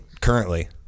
currently